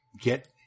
get